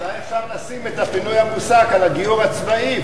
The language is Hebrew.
אולי אפשר לשים את הפינוי המוסק על הגיור הצבאי,